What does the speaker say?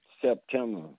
September